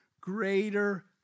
greater